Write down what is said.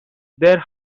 their